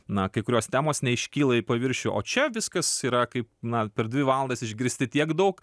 na kai kurios temos neiškyla į paviršių o čia viskas yra kaip na per dvi valandas išgirsti tiek daug